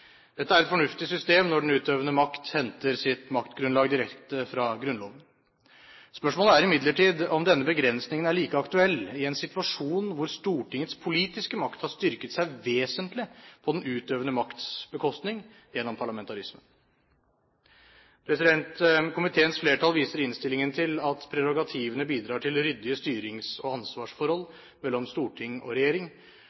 Dette er et fornuftig system når den utøvende makt henter sitt maktgrunnlag direkte fra Grunnloven. Spørsmålet er imidlertid om denne begrensningen er like aktuell i en situasjon hvor Stortingets politiske makt har styrket seg vesentlig på den utøvende makts bekostning gjennom parlamentarismen. Komiteens flertall viser i innstillingen til at «prerogativene bidrar til ryddige styrings- og